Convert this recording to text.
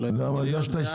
אולי אני בעד?